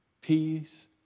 peace